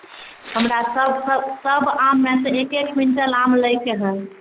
हमरा सभ सभ आममे सँ एक एक क्विंटल आम लै के हइ